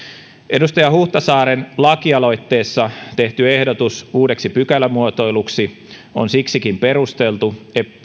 edustaja huhtasaaren lakialoitteessa tehty ehdotus uudeksi pykälämuotoiluksi on siksikin perusteltu